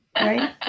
Right